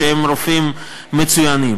שהם רופאים מצוינים.